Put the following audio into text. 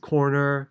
Corner